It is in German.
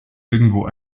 irgendwo